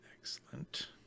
Excellent